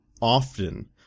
often